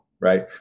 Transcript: right